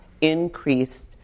increased